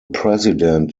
president